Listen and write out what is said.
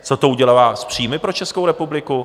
Co to udělá s příjmy pro Českou republiku?